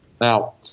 now